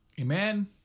Amen